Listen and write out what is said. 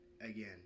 again